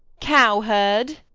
cow-herd!